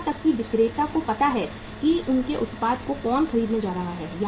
यहां तक कि विक्रेता को पता है कि उनके उत्पाद को कौन खरीदने जा रहा है